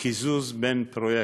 וקיזוז בין פרויקטים.